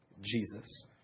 Jesus